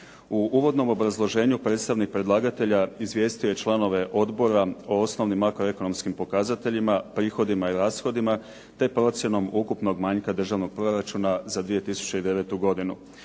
U uvodnom obrazloženju predstavnik predlagatelja izvijestio je članove odbora o osnovnim makroekonomskim pokazateljima, prihodima i rashodima, te procjenom ukupnog manjka Državnog proračuna za 2009. godinu.